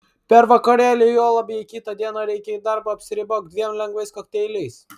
per vakarėlį juolab jei kitą dieną reikia į darbą apsiribok dviem lengvais kokteiliais